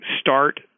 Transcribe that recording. start